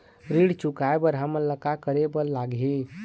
ऋण चुकाए बर हमन ला का करे बर लगही?